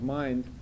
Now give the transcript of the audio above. mind